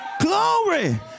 glory